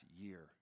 year